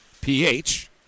PH